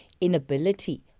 inability